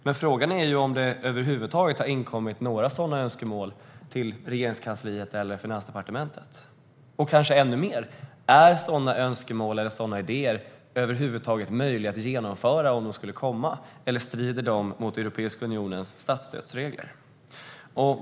Men frågan är ju om det över huvud taget har inkommit några sådana önskemål till Regeringskansliet eller Finansdepartementet - och kanske ännu mer om sådana önskemål eller idéer över huvud taget är möjliga att genomföra om de skulle komma. Eller strider de mot Europeiska unionens statsstödsregler?